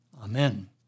Amen